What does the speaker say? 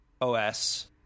os